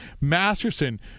Masterson